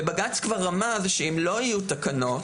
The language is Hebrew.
בג"ץ כבר אמר שאם לא יהיו תקנות,